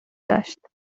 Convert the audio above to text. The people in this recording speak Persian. داشت